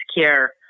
care